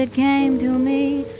it came to me,